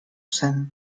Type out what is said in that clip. zen